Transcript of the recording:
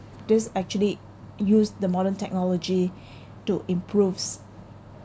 this actually used the modern technology to improves